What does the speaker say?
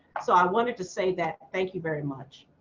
so i wanted to say that. thank you very much.